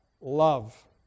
love